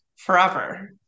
forever